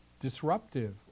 disruptive